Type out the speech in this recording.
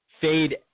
fade